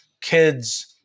kids